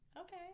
okay